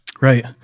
Right